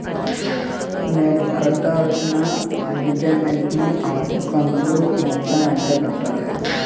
నేను కట్టాల్సిన రీపేమెంట్ ను అప్పు కంతు మొత్తం ఎంత కట్టాలి?